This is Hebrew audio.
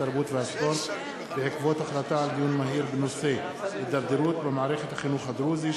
התרבות והספורט בעקבות דיון מהיר בנושא: הידרדרות במערכת החינוך הדרוזי,